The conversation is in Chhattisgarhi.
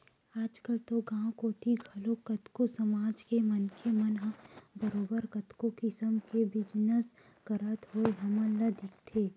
आजकल तो गाँव कोती घलो कतको समाज के मनखे मन ह बरोबर कतको किसम के बिजनस करत होय हमन ल दिखथे